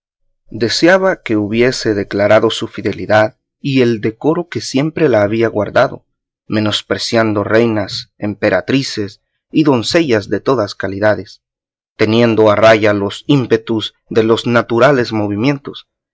deseaba que hubiese declarado su fidelidad y el decoro que siempre la había guardado menospreciando reinas emperatrices y doncellas de todas calidades teniendo a raya los ímpetus de los naturales movimientos